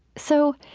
so